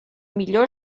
millor